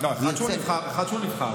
אחד שהוא נבחר,